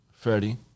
Freddie